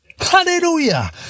Hallelujah